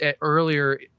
earlier –